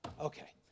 Okay